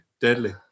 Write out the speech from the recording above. Deadly